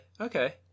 okay